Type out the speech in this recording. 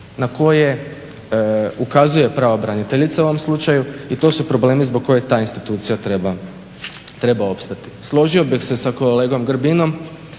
na koje ukazuje pravobraniteljica u ovom slučaju i to su problemi zbog kojih ta institucija treba opstati. Složio bih se sa kolegom Grbinom